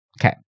Okay